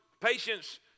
Patience